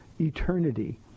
eternity